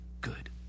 good